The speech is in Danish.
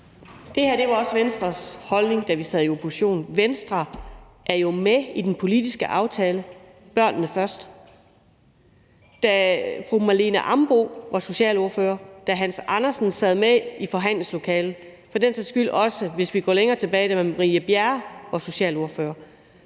Det her var også Venstres holdning, da vi sad i opposition. Venstre er jo med i den politiske aftale »Børnene Først«. Da fru Marlene Ambo-Rasmussen var socialordfører, da hr. Hans Andersen sad med i forhandlingslokalet og, hvis vi går længere tilbage, for den sags skyld